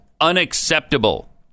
unacceptable